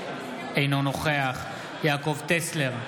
אינו נוכח יעקב טסלר,